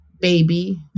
baby